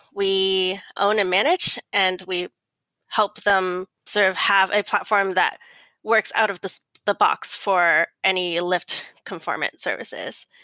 we own and manage, and we help them sort of have a platform that works out of the the box for any lyft conformant services.